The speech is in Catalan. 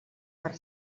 per